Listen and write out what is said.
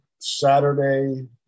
Saturday